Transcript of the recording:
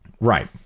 Right